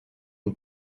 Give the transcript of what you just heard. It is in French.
une